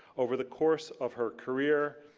over the course of her career,